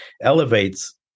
elevates